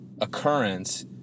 occurrence